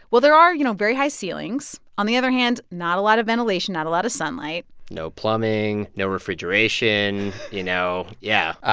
well, there are you know very high ceilings on the other hand, not a lot of ventilation, not a lot of sunlight no plumbing, no refrigeration, you know yeah.